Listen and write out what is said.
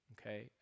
okay